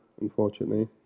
unfortunately